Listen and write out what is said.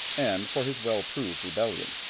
and for his well-proved rebellion.